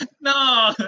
No